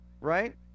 right